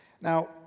Now